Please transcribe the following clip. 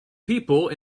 people